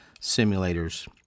simulators